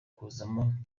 kuzamo